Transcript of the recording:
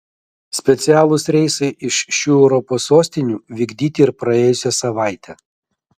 specialūs reisai iš šių europos sostinių vykdyti ir praėjusią savaitę